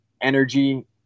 energy